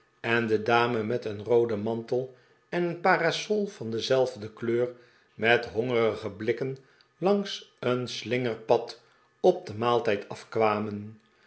en de dame met een rooden mantel en een parasol van dezelfde kleur met hongerige blikken langs een slingerpad op den maaltijd afkwamen